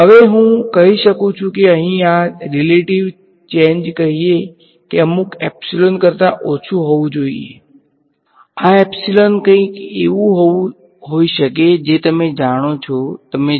હવે હું કહી શકું છું કે અહીં આ રીલેટીવ ચેંજ કહીયે કે અમુક એપ્સીલોન કરતાં ઓછું હોવું જોઈએ આ એપ્સીલોન કંઈક એવું હોઈ શકે છે જે તમે જાણો છો કે તમે 0